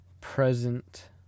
Present